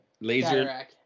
laser